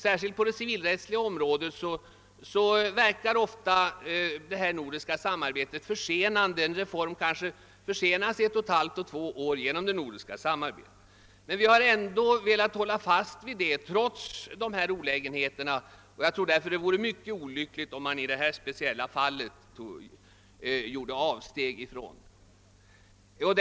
Särskilt på det civilrättsliga området verkar ofta det nordiska samarbetet försenande; en reform kanske försenas ett och ett halvt eller två år. Men vi har, trots dessa olägenheter, velat hålla fast vid det nordiska samarbetet. Jag tror därför att det vore mycket olyckligt, om vi i detta speciella fall gjorde ett avsteg från denna princip.